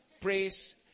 praise